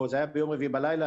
זה היה ביום רביעי בלילה,